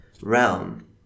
realm